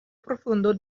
profundo